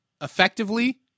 Effectively